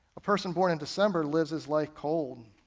a person born in december lives his life cold.